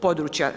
područja.